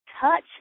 touch